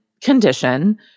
condition